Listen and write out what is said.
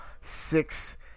six